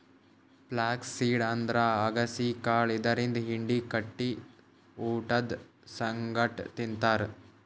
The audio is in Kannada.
ಫ್ಲ್ಯಾಕ್ಸ್ ಸೀಡ್ ಅಂದ್ರ ಅಗಸಿ ಕಾಳ್ ಇದರಿಂದ್ ಹಿಂಡಿ ಕುಟ್ಟಿ ಊಟದ್ ಸಂಗಟ್ ತಿಂತಾರ್